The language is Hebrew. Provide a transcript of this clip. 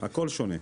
הכול שונה.